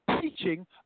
teaching